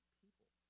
people